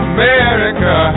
America